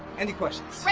any questions?